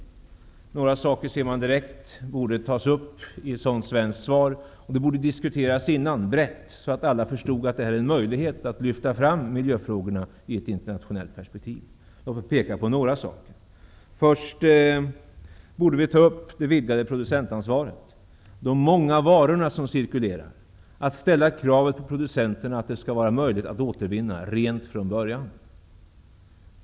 Man ser direkt några saker som borde tas upp i ett svenskt svar, och de borde diskuteras först, så att alla förstår att här ges möjlighet till att lyfta fram miljöfrågorna sett ur ett internationellt perspektiv. Låt mig peka på några saker: Vi borde ta upp det vidgade producentansvaret -- de många varorna som cirkulerar. Vi borde ställa krav på producenterna att det skall vara möjligt att återvinna, dvs. rent från början.